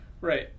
Right